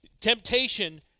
temptation